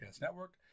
Network